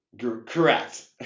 Correct